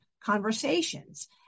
conversations